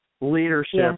leadership